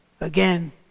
again